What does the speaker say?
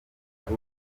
bose